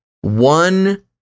one